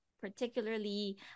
particularly